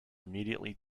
immediately